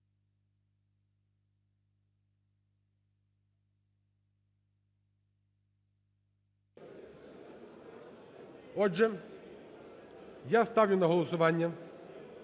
Отже, я ставлю на голосування